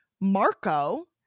Marco